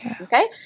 okay